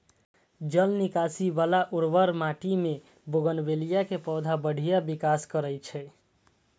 जल निकासी बला उर्वर माटि मे बोगनवेलिया के पौधा बढ़िया विकास करै छै